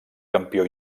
campió